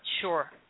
Sure